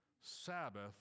Sabbath